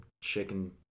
chicken